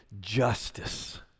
justice